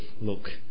look